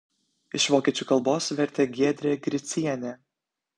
iš vokiečių kalbos vertė giedrė gricienė